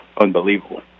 unbelievable